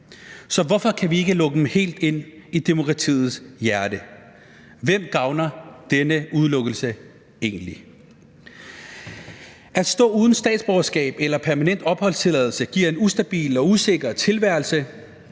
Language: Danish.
så hvorfor kan vi ikke lukke dem helt ind i demokratiets hjerte? Hvem gavner denne udelukkelse egentlig? At stå uden statsborgerskab eller permanent opholdstilladelse giver en ustabil og usikker tilværelse.